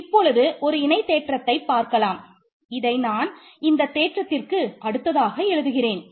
இப்பொழுது ஒரு இணை தேற்றத்தை பார்க்கலாம் இதை நான் இந்தத் தேற்றத்திற்கு அடுத்ததாக எழுதுகிறேன்